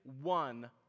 one